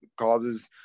causes